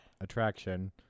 attraction